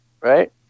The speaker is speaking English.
right